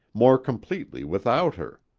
more completely without her!